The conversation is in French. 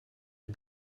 est